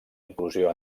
inclusió